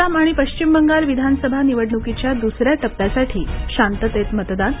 आसाम आणि पश्चिम बंगाल विधानसभा निवडणुकीच्या दुसऱ्या टप्प्यासाठी शांततेत मतदान